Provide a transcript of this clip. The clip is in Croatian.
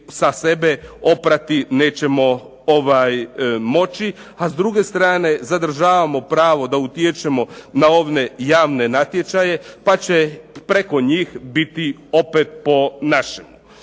sa sebe oprati nećemo moći, a s druge strane zadržavamo pravo da utječemo na one javne natječaje, pa će preko njih biti opet po našem.